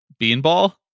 Beanball